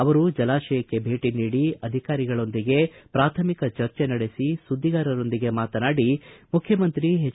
ಅವರು ಜಲಾಶಯಕ್ಕೆ ಭೇಟಿ ನೀಡಿ ಅಧಿಕಾರಿಗಳೊಂದಿಗೆ ಪ್ರಾಥಮಿಕ ಚರ್ಚೆ ನಡೆಸಿ ಸುದ್ದಿಗಾರರೊಂದಿಗೆ ಮಾತನಾಡಿ ಮುಖ್ಯಮಂತ್ರಿ ಹೆಚ್